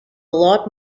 lot